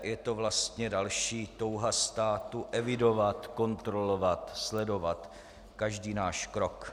Je to vlastně další touha státu evidovat, kontrolovat, sledovat každý náš krok.